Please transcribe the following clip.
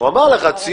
לא.